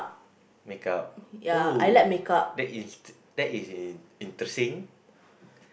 makeup oh that is that is in~ interesting